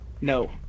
No